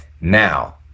Now